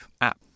app